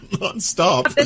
non-stop